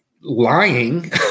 lying